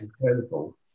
Incredible